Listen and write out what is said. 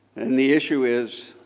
and the issue is,